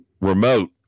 remote